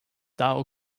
thou